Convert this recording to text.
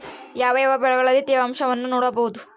ಯಾವ ಯಾವ ಬೆಳೆಗಳಲ್ಲಿ ತೇವಾಂಶವನ್ನು ನೋಡಬಹುದು?